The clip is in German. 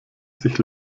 sich